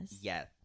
Yes